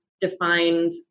defined